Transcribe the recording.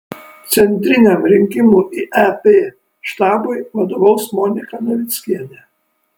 centriniam rinkimų į ep štabui vadovaus monika navickienė